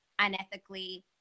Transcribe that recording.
unethically